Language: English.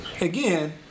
again